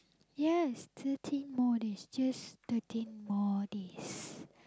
yes thirteen more days just thirteen more days